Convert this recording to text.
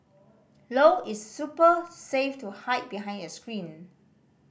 low its super safe to hide behind a screen